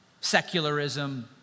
secularism